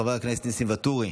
חבר הכנסת ניסים ואטורי,